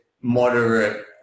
moderate